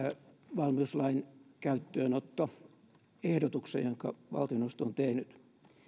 valmiuslain käyttöönottoehdotuksen jonka valtioneuvosto on tehnyt